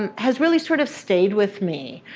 um has really sort of stayed with me.